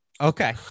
Okay